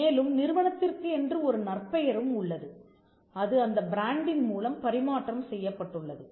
மேலும் நிறுவனத்திற்கு என்று ஒரு நற்பெயரும் உள்ளது அது அந்த பிராண்டின் மூலம் பரிமாற்றம் செய்யப்பட்டுள்ளது